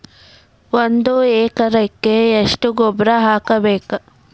ಒಂದ್ ಎಕರೆಗೆ ಎಷ್ಟ ಗೊಬ್ಬರ ಹಾಕ್ಬೇಕ್?